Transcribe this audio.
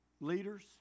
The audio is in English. leaders